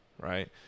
Right